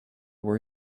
were